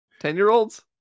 ten-year-olds